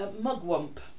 mugwump